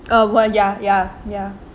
uh one ya ya ya